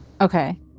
Okay